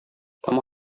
kamu